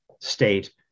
state